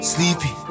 Sleepy